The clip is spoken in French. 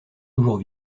toujours